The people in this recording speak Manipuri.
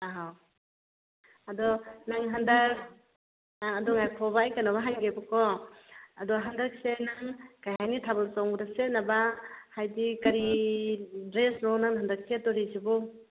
ꯑꯥꯎ ꯑꯗꯣ ꯅꯪ ꯍꯟꯗꯛ ꯑꯥ ꯑꯗꯣ ꯉꯥꯏꯈꯣꯕ ꯑꯩ ꯀꯩꯅꯣꯝ ꯍꯪꯒꯦꯕꯀꯣ ꯑꯗꯣ ꯍꯟꯗꯛꯁꯦ ꯅꯪ ꯀꯩꯍꯥꯏꯅꯤ ꯊꯥꯕꯜ ꯆꯣꯡꯕꯗ ꯁꯦꯠꯅꯕ ꯍꯥꯏꯗꯤ ꯀꯔꯤ ꯗ꯭ꯔꯦꯁꯅꯣ ꯅꯪꯅ ꯍꯟꯗꯛ ꯁꯦꯠꯇꯣꯔꯤꯁꯤꯕꯨ